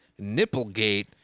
Nipplegate